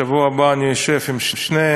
בשבוע הבא אני אשב עם שניהם.